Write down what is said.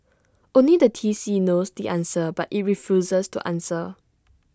only the T C knows the answer but IT refuses to answer